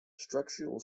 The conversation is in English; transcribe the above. structural